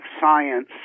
science